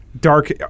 dark